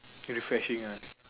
refreshing ah